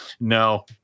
no